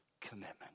commitment